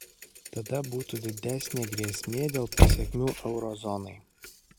tada būtų didesnė grėsmė dėl pasekmių euro zonai